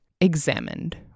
examined